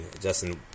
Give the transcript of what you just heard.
Justin